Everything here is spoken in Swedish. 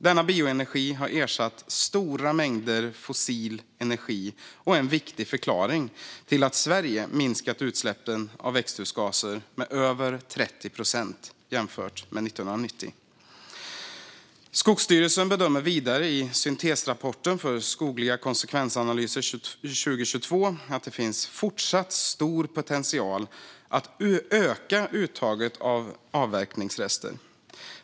Denna bioenergi har ersatt stora mängder fossil energi och är en viktig förklaring till att Sverige minskat utsläppen av växthusgaser med över 30 procent jämfört med 1990. Skogsstyrelsen bedömer vidare i Skogliga konsekvensana lyser 2022 - syntesrapport att det finns fortsatt stor potential att öka uttaget av avverkningsrester.